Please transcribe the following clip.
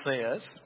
says